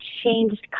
changed